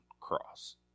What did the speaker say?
cross